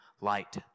light